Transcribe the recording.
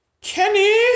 Kenny